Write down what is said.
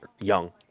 young